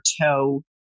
toe